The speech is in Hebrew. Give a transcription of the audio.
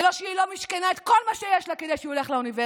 זה לא שהיא לא משכנה את כל מה שיש לה כדי שהוא ילך לאוניברסיטה.